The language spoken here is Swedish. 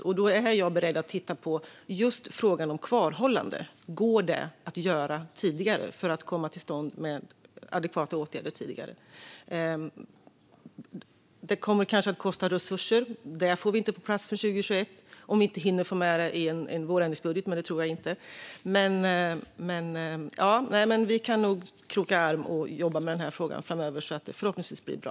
Därför är jag beredd att titta på just frågan om kvarhållande och om det går att få till stånd adekvata åtgärder tidigare. Det kommer kanske att kosta resurser. Det får vi inte på plats förrän 2021, om vi inte hinner få med det i vårändringsbudgeten, men det tror jag inte. Vi kan nog kroka arm och jobba med den här frågan framöver så att det förhoppningsvis blir bra.